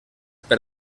per